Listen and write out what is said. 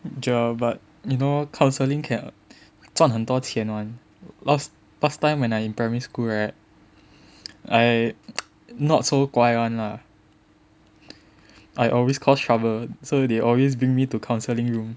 Joel but you know counselling can 赚很多钱 [one] last last time when I in primary school right I not so 乖 [one] lah I always caused trouble so they always bring me to counselling room